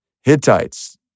Hittites